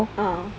ah